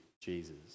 Jesus